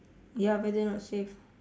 ya weather not safe